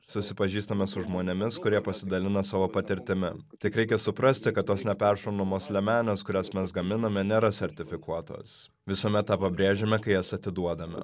susipažįstame su žmonėmis kurie pasidalina savo patirtimi tik reikia suprasti kad tos neperšaunamos liemenės kurias mes gaminame nėra sertifikuotos visuomet tą pabrėžiame kai jas atiduodame